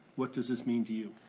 what does this mean to you?